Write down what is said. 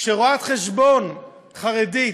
כשרואת-חשבון חרדית,